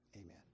Amen